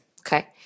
Okay